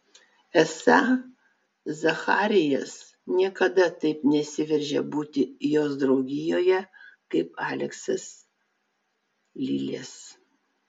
esą zacharijas niekada taip nesiveržia būti jos draugijoje kaip aleksas lilės